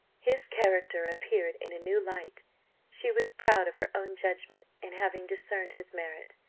his character appeared in a new light she was proud of her own judgment, in having discerned his merit,